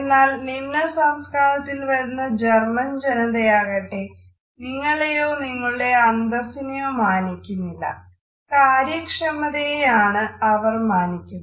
എന്നാൽ നിമ്ന സംസ്കാരത്തിൽ വരുന്ന ജർമ്മൻ ജനതയാകട്ടേ നിങ്ങളെയൊ നിങ്ങളുടെ അന്തസ്സിനെയോ മാനിക്കുന്നില്ല കാര്യ ക്ഷമതയെയാണ് അവർ മാനിക്കുന്നത്